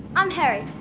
i'm harry,